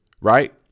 right